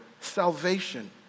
salvation